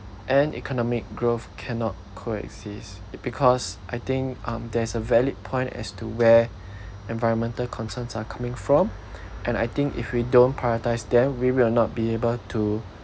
and economic growth cannot coexist is because I think um there's a valid point as to where environmental concerns are coming from and I think if we don't prioritise them we will not be able to